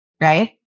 right